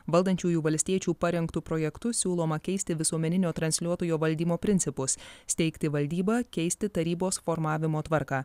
valdančiųjų valstiečių parengtu projektu siūloma keisti visuomeninio transliuotojo valdymo principus steigti valdybą keisti tarybos formavimo tvarką